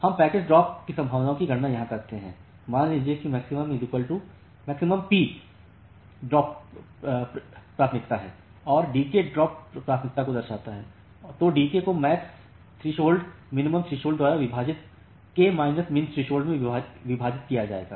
हम packets drop की संभावना की गणना यहाँ कहते हैं कि मान लें कि मैक्सिमम p मैक्सिमम ड्रॉप प्रायिकता है और d k ड्रॉप प्रायिकता को दर्शाता है तो d k को MaxThresh minThresh द्वारा विभाजित k minus MinThresh में विभाजित किया जाएगा